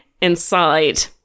inside